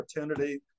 opportunity